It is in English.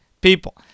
people